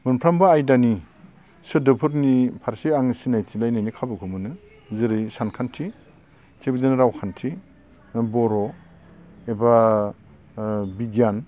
मोनफ्रोमबो आयदानि सोदोबफोरनि फारसे आं सिनायथि लायनायनि खाबुखौ मोनो जेरै सानखान्थि थिख बेबायदिनो रावखान्थि बर' एबा बिगियान